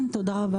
כן, תודה רבה.